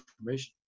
information